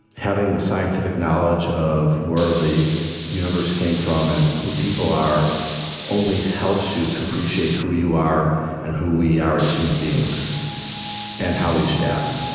having the scientific knowledge of where the universe came from and who people are only helps you to appreciate who you are and who we are as human beings and how we should act